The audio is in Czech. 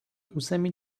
území